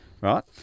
Right